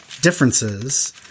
differences